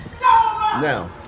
Now